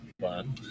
fun